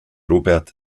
robert